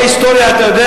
על-פי ההיסטוריה, אתה יודע